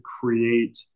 create